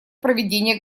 проведения